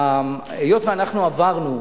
היות שאנחנו עברנו,